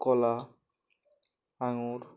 কলা আঙুর